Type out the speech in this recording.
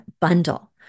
bundle